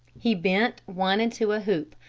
he bent one into a hoop.